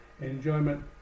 Enjoyment